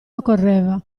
occorreva